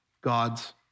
God's